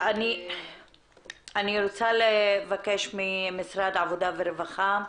אני רוצה לבקש ממשרד העבודה והרווחה.